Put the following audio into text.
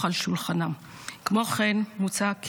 מוצע כי